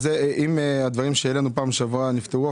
אז אם הדברים שהעלינו בפעם שעברה נפתרו,